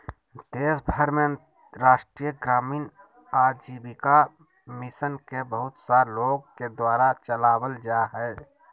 देश भर में राष्ट्रीय ग्रामीण आजीविका मिशन के बहुत सा लोग के द्वारा चलावल जा हइ